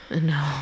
No